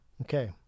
Okay